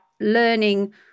learning